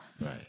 Right